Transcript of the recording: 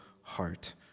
heart